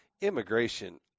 Immigration